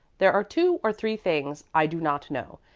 there are two or three things i do not know,